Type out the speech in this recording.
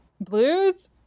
blues